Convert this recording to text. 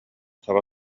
саба